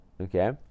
okay